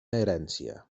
herència